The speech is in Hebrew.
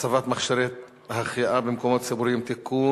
הצבת מכשירי החייאה במקומות ציבוריים (תיקון),